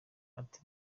ati